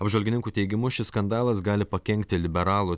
apžvalgininkų teigimu šis skandalas gali pakenkti liberalų